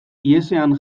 ihesean